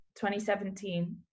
2017